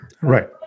right